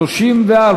1 6 נתקבלו.